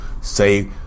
Say